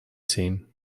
seen